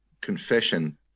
confession